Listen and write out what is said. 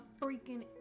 freaking